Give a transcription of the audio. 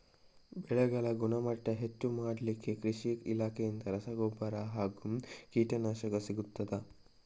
ಬೆಳೆಗಳ ಗುಣಮಟ್ಟ ಹೆಚ್ಚು ಮಾಡಲಿಕ್ಕೆ ಕೃಷಿ ಇಲಾಖೆಯಿಂದ ರಸಗೊಬ್ಬರ ಹಾಗೂ ಕೀಟನಾಶಕ ಸಿಗುತ್ತದಾ?